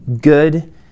good